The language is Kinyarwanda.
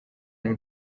n’u